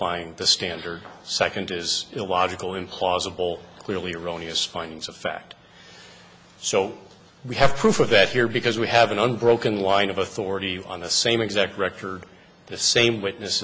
misapplying the standard second is illogical implausible clearly erroneous findings of fact so we have proof of that here because we have an unbroken line of authority on the same exact record the same witness